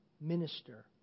minister